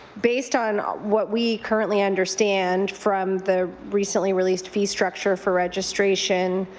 based on what we currently understand from the recently released fee structure for registration,